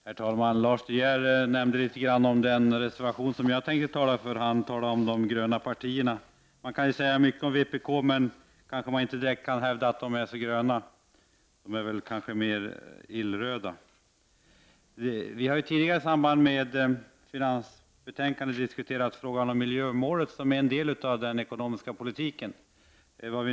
Herr talman! Lars De Geer nämnde den reservation som jag hade tänkt att tala för. Han talade om de ”gröna” partierna. Man kan säga mycket om vpk, men man kanske inte direkt kan hävda att de är så gröna. De är väl mer illröda. Vi har tidigare diskuterat frågan om miljömålet som en del av den ekonomiska politiken.